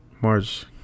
March